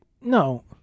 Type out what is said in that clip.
No